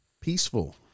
peaceful